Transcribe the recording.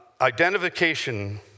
identification